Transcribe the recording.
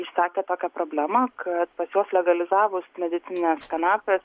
išsakė tokią problemą kad pas juos legalizavus medicinines kanapes